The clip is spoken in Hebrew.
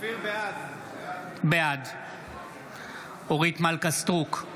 בעד אורית מלכה סטרוק,